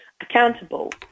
accountable